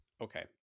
Okay